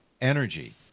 energy